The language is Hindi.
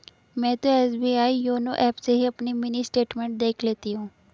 मैं तो एस.बी.आई योनो एप से ही अपनी मिनी स्टेटमेंट देख लेती हूँ